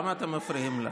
למה אתם מפריעים לה?